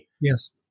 Yes